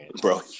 Bro